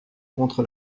contre